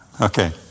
Okay